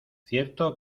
cierto